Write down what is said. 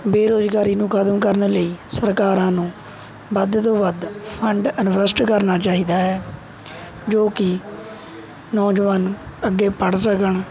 ਬੇਰੁਜ਼ਗਾਰੀ ਨੂੰ ਖਤਮ ਕਰਨ ਲਈ ਸਰਕਾਰਾਂ ਨੂੰ ਵੱਧ ਤੋਂ ਵੱਧ ਫੰਡ ਇਨਵੈਸਟ ਕਰਨਾ ਚਾਹੀਦਾ ਹੈ ਜੋ ਕਿ ਨੌਜਵਾਨ ਅੱਗੇ ਪੜ੍ਹ ਸਕਣ